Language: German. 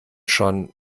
schon